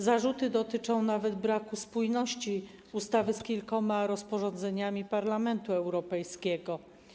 Zarzuty dotyczą nawet braku spójności ustawy z kilkoma rozporządzeniami Parlamentu Europejskiego.